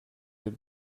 the